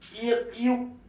yup you